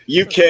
UK